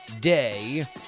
day